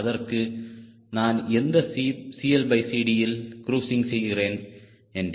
அதற்கு நான் எந்த CLCDஇல் க்ரூஸிங் செய்கிறேன் என்று